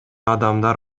адамдар